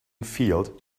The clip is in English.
field